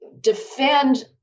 defend